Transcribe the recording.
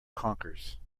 conkers